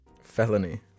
Felony